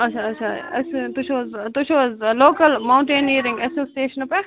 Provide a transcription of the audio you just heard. اَچھا اَچھا تُہۍ چھُو حَظ تُہۍ چھُو حَظ لوکل مونٹنیرِنٛگ ایسوسیشنہٕ پٮ۪ٹھ